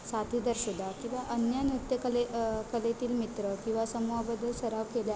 साथीदार शोधा किंवा अन्य नृत्यकला कलेतील मित्र किंवा समूहाबद्दल सराव केल्याने